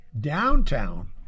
downtown